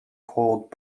cold